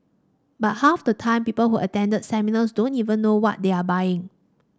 but half the time people who attend the seminars don't even know what they are buying